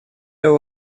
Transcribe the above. его